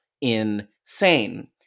insane